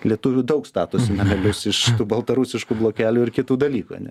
lietuvių daug statosi namelius iš baltarusiškų blokelių ir kitų dalykų ane